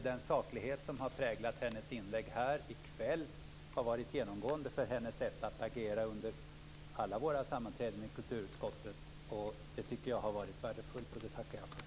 Den saklighet som har präglat hennes inlägg här i kväll har varit genomgående för hennes sätt att agera under alla kulturutskottets sammanträden. Det tycker jag har varit värdefullt, och det tackar jag för.